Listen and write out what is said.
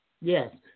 Yes